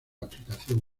aplicación